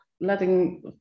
letting